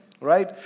right